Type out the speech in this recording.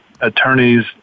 attorneys